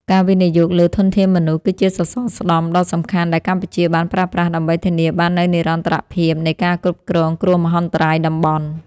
ការវិនិយោគលើធនធានមនុស្ស គឺជាសសរស្តម្ភដ៏សំខាន់ដែលកម្ពុជាបានប្រើប្រាស់ដើម្បីធានាបាននូវនិរន្តរភាពនៃការគ្រប់គ្រងគ្រោះមហន្តរាយតំបន់។